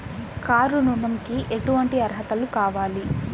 Car ఋణంకి ఎటువంటి అర్హతలు కావాలి?